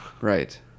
Right